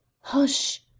Hush